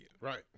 right